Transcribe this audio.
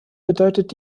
bedeutet